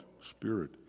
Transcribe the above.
spirit